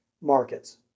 markets